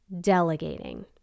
delegating